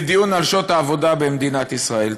בדיון על שעות העבודה במדינת ישראל.